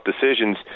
decisions